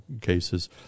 cases